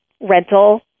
rental